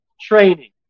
training